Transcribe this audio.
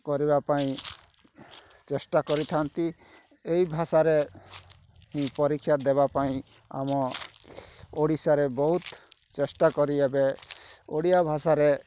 କରିବା ପାଇଁ ଚେଷ୍ଟା କରିଥାନ୍ତି ଏଇ ଭାଷାରେ ପରୀକ୍ଷା ଦେବାପାଇଁ ଆମ ଓଡ଼ିଶାରେ ବହୁତ୍ ଚେଷ୍ଟାକରି ଏବେ ଓଡ଼ିଆ ଭାଷାରେ